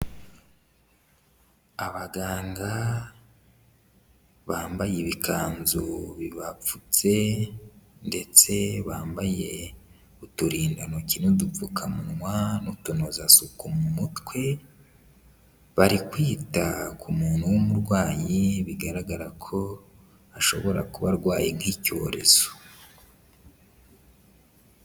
Abaganga bambaye ibikanzu bibapfutse ndetse bambaye uturindantoki n'udupfukamuwa n'utunozasuku mu mutwe, bari kwita ku muntu w'umurwayi bigaragara ko ashobora kuba arwaye nk'icyorezo.